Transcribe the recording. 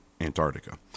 Antarctica